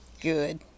Good